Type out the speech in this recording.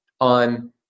on